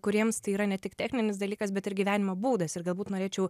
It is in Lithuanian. kuriems tai yra ne tik techninis dalykas bet ir gyvenimo būdas ir galbūt norėčiau